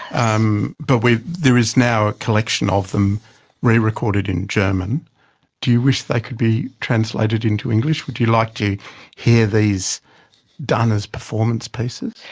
um but there is now a collection of them rerecorded in german do you wish they could be translated into english? would you like to hear these done as performance pieces?